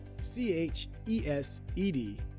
c-h-e-s-e-d